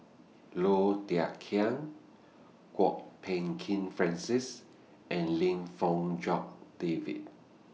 Low Thia Khiang Kwok Peng Kin Francis and Lim Fong Jock David